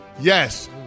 Yes